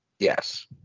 Yes